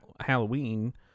Halloween